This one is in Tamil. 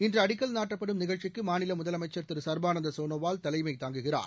இன்று அடிக்கல் நாட்டப்படும் நிகழக்சிக்கு மாநில முதலமைச்ச் திரு சுர்பானந்த சோனாவால் தலைமை தாங்குகிறார்